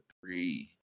three